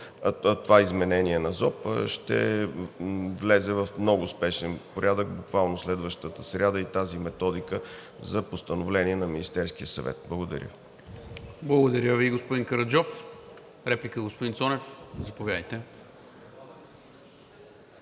това изменение на ЗОП ще влезе в много спешен порядък, буквално следващата сряда, и тази методика за постановление на Министерския съвет. Благодаря. ПРЕДСЕДАТЕЛ НИКОЛА МИНЧЕВ: Благодаря Ви, господин Караджов. Реплика – господин Цонев? Заповядайте.